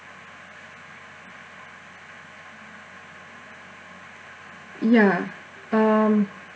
ya um